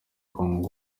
kong